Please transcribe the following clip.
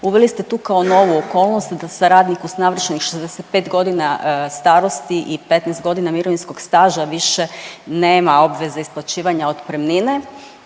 Uveli ste tu kao novu okolnost da se radniku s navršenih 65.g. starosti i 15.g. mirovinskog staža više nema obveze isplaćivanja otpremnine